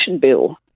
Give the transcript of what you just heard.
bill